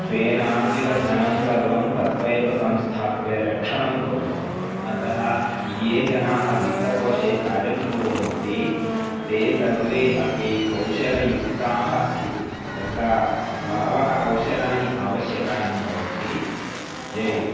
स्वेन आर्जितधनं सर्वं तत्रैव संस्थाप्य रक्षणं कुर्वन्ति अतः ये जनाः वित्तकोषे कार्यं कुर्वन्ति ते सर्वे अपि कौशलयुक्ताः स्युः तत्र बहवः कौशलानि आवश्यकानि भवन्ति ये